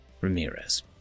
Ramirez